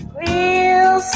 real